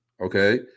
okay